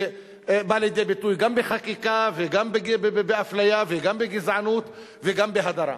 שבא לידי ביטוי גם בחקיקה וגם באפליה וגם בגזענות וגם בהדרה.